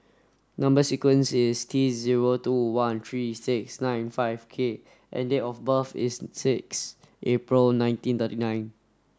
number sequence is T zero two one three six nine five K and date of birth is six April nineteen thirty nine